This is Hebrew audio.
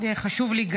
גם לי חשוב.